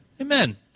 amen